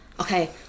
okay